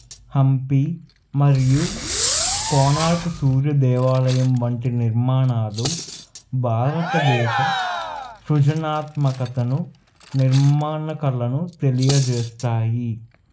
హంపి మరియు కోణార్క్ సూర్యదేవాలయం వంటి నిర్మాణాలు భారతదేశ సృజనాత్మకతను నిర్మాణ కళను తెలియజేస్తాయి